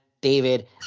David